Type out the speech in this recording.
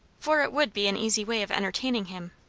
for it would be an easy way of entertaining him,